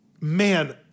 man